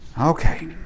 Okay